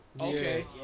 Okay